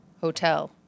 hotel